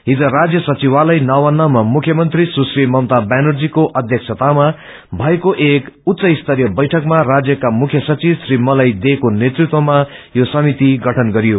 हिज राज्य सचिवालय नवान्नमा मुख्यमन्त्री सुश्री ममता व्यानर्जीको अध्यक्षतामा भएको एक उच्च स्तरीय बैठकमा राज्यका मुख्य सचिव श्री मलय दे को नेतृत्वमा यो समिति गठन गरियो